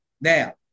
Now